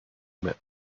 met